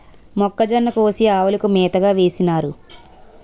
మొక్కజొన్న కోసి ఆవులకు మేతగా వేసినారు